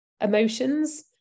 emotions